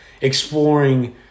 exploring